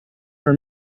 for